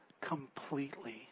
completely